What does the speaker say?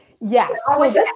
Yes